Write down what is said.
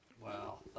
Wow